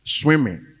swimming